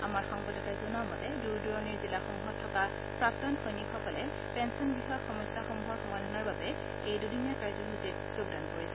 আমাৰ সংবাদদাতাই জনোৱা মতে দুৰ দূৰণিৰ জিলাসমূহত থকা প্ৰাক্তন সৈনিকসকলে পেঞ্চন বিষয়ক সমস্যাসমূহৰ সমাধানৰ বাবে এই দুদিনীয়া কাৰ্য্যসূচীত যোগদান কৰিছে